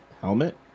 helmet